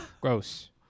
Gross